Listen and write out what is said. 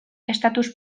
estatus